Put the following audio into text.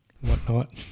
whatnot